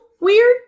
weird